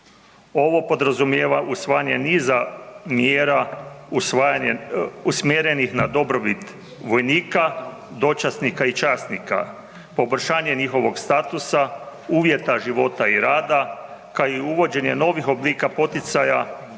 Ovo podrazumijeva usvajanje niza mjera usvajanjem, usmjerenih na dobrobit vojnika, dočasnika i časnika, poboljšanje njihovog statusa, uvjeta života i rada, kao i uvođenje novih oblika poticaja